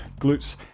glutes